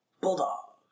Bulldog